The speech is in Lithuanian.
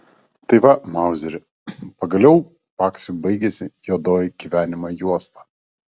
tai va mauzeri pagaliau paksiui baigėsi juodoji gyvenimo juosta